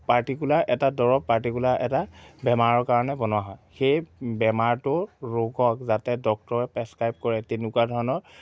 particular এটা দৰৱ particular এটা বেমাৰৰ কাৰণে বনোৱা হয় সেই বেমাৰটো ৰোগক যাতে ডক্তৰে প্ৰেচক্ৰাইব কৰে তেনেকুৱা ধৰণৰ